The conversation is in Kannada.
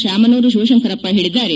ಶಾಮನೂರು ಶಿವಶಂಕರಪ್ಪ ಹೇಳಿದ್ದಾರೆ